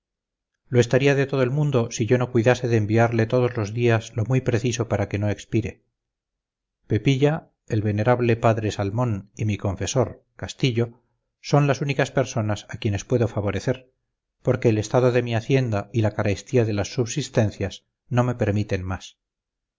lo estaría de todo el mundo si yo no cuidase de enviarle todos los días lo muy preciso para que no expire pepilla el venerable padre salmón y mi confesor castillo son las únicas personas a quienes puedo favorecer porque el estado de mi hacienda y la carestía de las subsistencias no me permiten más